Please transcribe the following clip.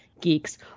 Geeks